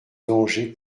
dangers